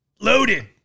Loaded